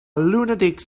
lunatic